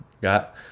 Got